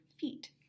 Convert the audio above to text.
feet